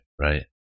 right